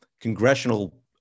congressional